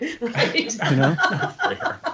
Right